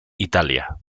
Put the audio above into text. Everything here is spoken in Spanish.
italia